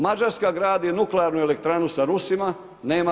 Mađarska gradi nuklearnu elektranu sa Rusima, nema.